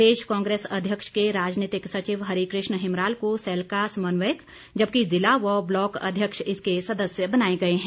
प्रदेश कांग्रेस अध्यक्ष के राजनीतिक सचिव हरिकृष्ण हिमराल को सैल का समन्वयक जबकि ज़िला व ब्लॉक अध्यक्ष इसके सदस्य बनाए गए हैं